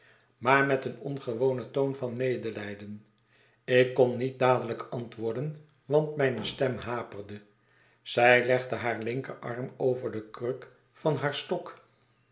maar met een ongewonen toon van medelijden ik kon niet dadelijk antwoorden want mijne stem haperde zij legde haar linkerarm over de kruk van haar stok